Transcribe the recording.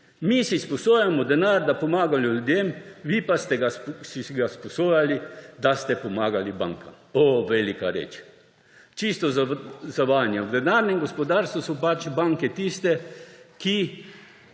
mi si sposojamo denar, da pomagamo ljudem, vi pa ste si ga sposojali, da ste pomagali bankam. O, velika reč! Čisto zavajanje! V denarnem gospodarstvu so pač banke tiste, ki